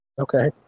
Okay